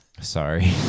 Sorry